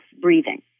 breathing